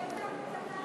באיזה עמוד אתה?